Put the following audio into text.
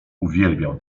uwielbiał